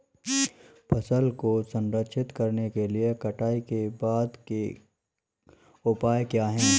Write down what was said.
फसल को संरक्षित करने के लिए कटाई के बाद के उपाय क्या हैं?